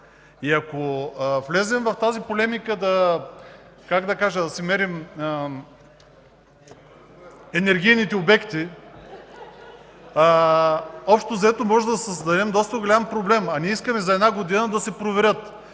Ако влезем в тази полемика – да си мерим енергийните обекти, общо взето, можем да създадем доста голям проблем, а ние искаме за една година да се проверят!